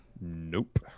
Nope